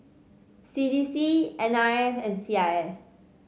C D C N R F and C I S